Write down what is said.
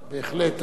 בהחלט.